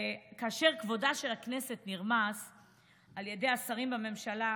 כאשר כבודה של הכנסת נרמס על ידי השרים בממשלה,